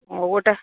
ও ওটা